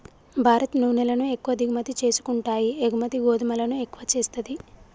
భారత్ నూనెలను ఎక్కువ దిగుమతి చేసుకుంటాయి ఎగుమతి గోధుమలను ఎక్కువ చేస్తది